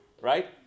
right